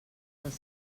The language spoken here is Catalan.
dels